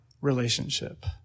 relationship